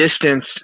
distance